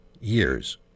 years